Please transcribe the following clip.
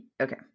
okay